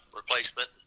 replacement